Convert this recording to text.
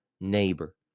neighbor